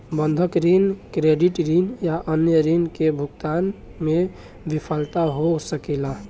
बंधक ऋण, क्रेडिट ऋण या अन्य ऋण के भुगतान में विफलता हो सकेला